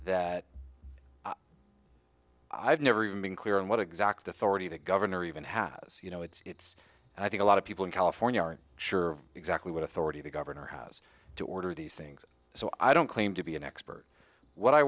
that i've never even been clear on what exact authority the governor even has you know it's i think a lot of people in california aren't sure exactly what authority the governor has to order these things so i don't claim to be an expert what i